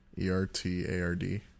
E-R-T-A-R-D